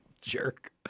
Jerk